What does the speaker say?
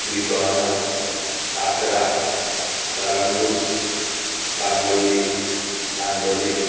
Britona Cacra Calangute Camurlim Candolim